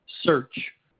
search